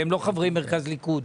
הם לא חברי מרכז ליכוד